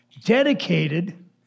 dedicated